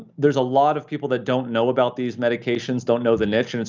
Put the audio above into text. there's a lot of people that don't know about these medications, don't know the niche, and and